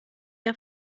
ihr